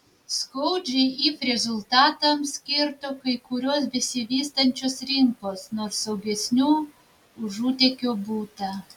skaudžiai if rezultatams kirto kai kurios besivystančios rinkos nors saugesnių užutėkių būta